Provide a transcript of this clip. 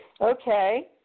Okay